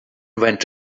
went